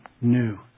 new